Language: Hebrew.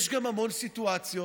יש גם המון סיטואציות